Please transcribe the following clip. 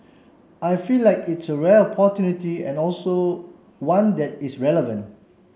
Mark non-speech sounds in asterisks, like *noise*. I feel like it's a rare *unintelligible* and also one that is relevant